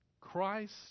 Christ